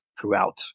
throughout